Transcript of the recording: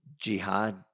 jihad